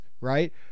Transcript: right